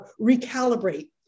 recalibrate